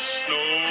snow